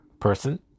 person